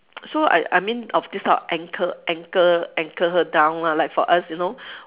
so I I mean of these type of anchor anchor anchor her down lah like for us you know